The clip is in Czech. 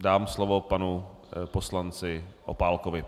Dám slovo panu poslanci Opálkovi.